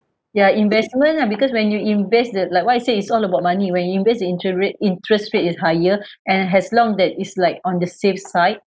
ya investment lah because when you invest the like what I say it's all about money when you invest inter~ interest rate is higher and as long that is like on the safe side